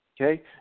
Okay